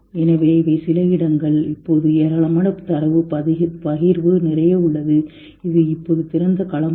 எனவே இவை சில இடங்கள் இப்போது ஏராளமான தரவு பகிர்வு நிறைய உள்ளது இது இப்போது திறந்த களமாகும்